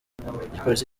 igipolisi